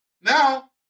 now